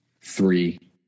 three